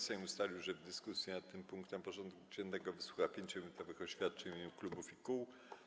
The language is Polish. Sejm ustalił, że w dyskusji nad tym punktem porządku dziennego wysłucha 5-minutowych oświadczeń w imieniu klubów i kół.